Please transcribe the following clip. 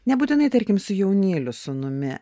nebūtinai tarkim su jaunėliu sūnumi